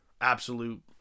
absolute